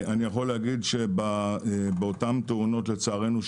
אני יכול להגיד שבאותן תאונות לצערנו,